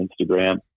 Instagram